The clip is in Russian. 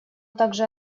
также